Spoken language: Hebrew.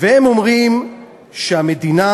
והם אומרים שהמדינה,